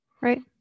right